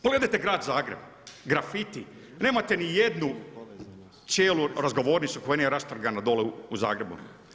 Pogledajte Grad Zagreb, grafiti, pa nemate ni jednu cijelu razgovornicu, koja nije rastrgana dole u Zagrebu.